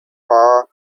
bare